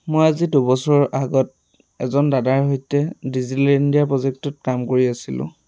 মই আজি দুবছৰৰ আগত এজন দাদাৰ সৈতে ডিজিটেল ইণ্ডিয়া প্ৰজেক্টত কাম কৰি আছিলোঁ